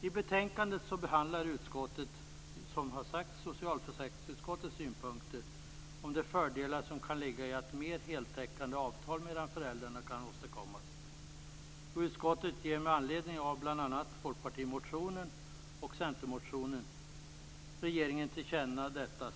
I betänkandet behandlar utskottet, som har sagts, socialförsäkringsutskottets synpunkter om de fördelar som kan ligga i att mer heltäckande avtal mellan föräldrarna kan åstadkommas. Utskottet ger med anledning av bl.a. Folkpartimotionen och Centermotionen regeringen detta till känna.